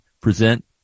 present